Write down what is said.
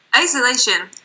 Isolation